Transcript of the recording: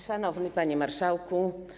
Szanowny Panie Marszałku!